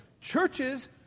Churches